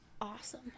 awesome